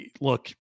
look